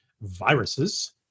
viruses